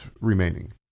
remaining